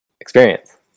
experience